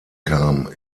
kam